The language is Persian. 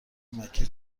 مکه